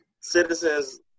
Citizens